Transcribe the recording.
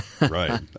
Right